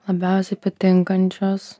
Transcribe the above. labiausiai patinkančios